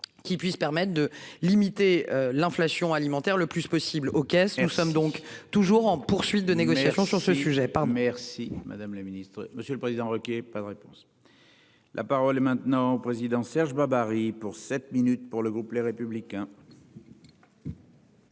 Qui puisse permettre de limiter l'inflation alimentaire le plus possible aux caisses, nous sommes donc toujours en poursuite de négociations sur ce sujet par mer. Si Madame la Ministre, Monsieur le Président. OK pas de réponse. La parole est maintenant au président Serge Babary pour 7 minutes pour le groupe Les Républicains.